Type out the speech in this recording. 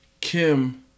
Kim